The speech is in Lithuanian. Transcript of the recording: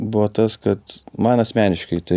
buvo tas kad man asmeniškai tai